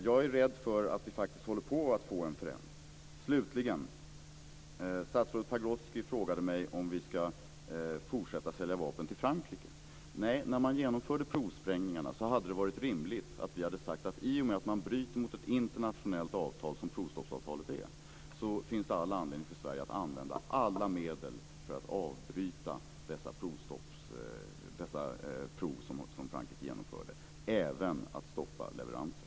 Jag är rädd för att vi faktiskt håller på att få en förändring. Slutligen: Statsrådet Pagrotsky frågade mig om vi ska fortsätta att sälja vapen till Frankrike. Nej, när man genomförde provsprängningarna hade det varit rimligare att vi hade sagt att i och med att man bröt mot ett internationellt avtal, som provstoppsavtalet är, finns det all anledning för Sverige att använda alla medel för att avbryta de prov som Frankrike genomförde och även stoppa leveranser.